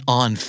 on